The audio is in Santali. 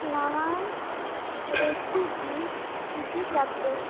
ᱱᱟᱣᱟ ᱨᱮᱥᱤᱯᱤ ᱤᱫᱤ ᱠᱟᱛᱮ